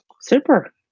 Super